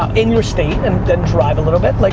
in your state, and then drive a little bit. like